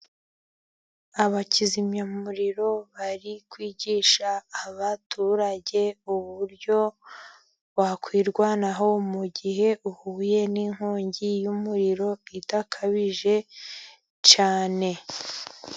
Abakizimyamuriro bari kwigisha abaturage uburyo bakwirwanaho, mu gihe uhuye n'inkongi y'umuriro idakabije cyane.